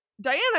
diana